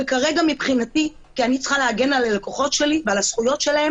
וכרגע מבחינתי כי אני צריכה להגן על הלקוחות שלי ועל הזכויות שלהם